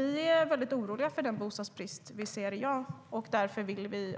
Vi är väldigt oroliga över den bostadsbrist vi ser. Därför vill vi